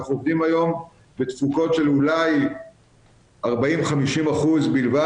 אנחנו עובדים היום בתפוקות של אולי 50%-40% בלבד